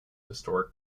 historic